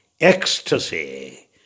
ecstasy